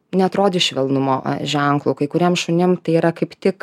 neatrodys švelnumo ženklu kai kuriem šunim tai yra kaip tik